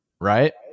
right